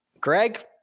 Greg